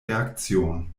reaktion